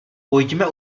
pojďme